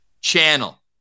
channel